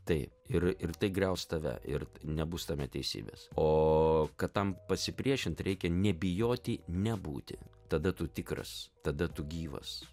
taip ir ir tai griaus tave ir nebus tame teisybės o kad tam pasipriešint reikia nebijoti nebūti tada tu tikras tada tu gyvas